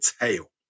tail